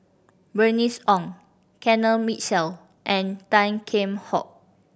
Bernice Ong Kenneth Mitchell and Tan Kheam Hock